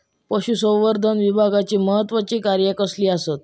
पशुसंवर्धन विभागाची महत्त्वाची कार्या कसली आसत?